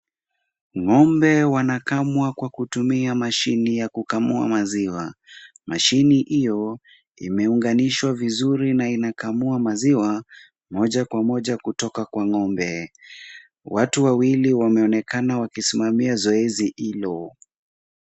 Ng'ombe wanakamwa kwa kutumia mashine ya kukamua maziwa. Mashine hiyo imeunganishwa vizuri na inakamua maziwa moja kwa moja kutoka kwa ng'ombe. Watu wawili wameonekana wakisimamia zoezi hilo.